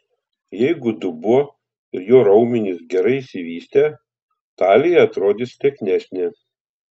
jeigu dubuo ir jo raumenys gerai išsivystę talija atrodys lieknesnė